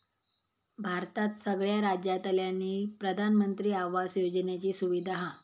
भारतात सगळ्या राज्यांतल्यानी प्रधानमंत्री आवास योजनेची सुविधा हा